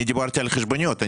אני דיברתי על חשבוניות,